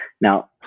Now